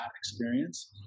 experience